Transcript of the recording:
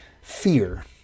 fear